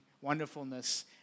wonderfulness